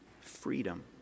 freedom